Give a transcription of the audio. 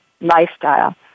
lifestyle